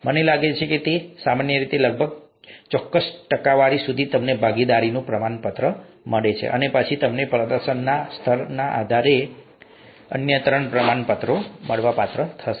મને લાગે છે કે તે સામાન્ય રીતે લગભગ ચોક્કસ ટકાવારી સુધી તમને ભાગીદારીનું પ્રમાણપત્ર મળે છે અને પછી તમને પ્રદર્શનના સ્તરના આધારે અન્ય ત્રણ પ્રમાણપત્રો મળે છે